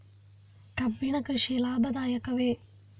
ಕಬ್ಬಿನ ಕೃಷಿ ಲಾಭದಾಯಕವೇ?